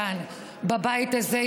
כאן בבית הזה,